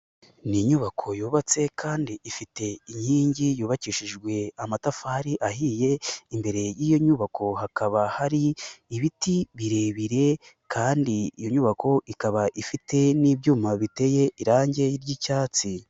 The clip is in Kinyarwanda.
Ni inyubako yubatse kandi ifite inkingi yubakishijwe amatafari ahiye, imbere y'iyo nyubako hakaba hari ibiti birebire, kandi iyo nyubako ikaba ifite n'ibyuma biteye irangi ry'icyatsi.